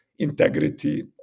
integrity